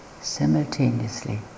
simultaneously